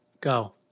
go